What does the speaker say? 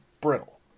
brittle